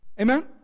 Amen